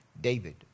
David